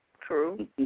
True